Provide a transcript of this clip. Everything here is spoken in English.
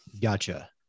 gotcha